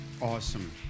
Awesome